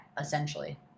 essentially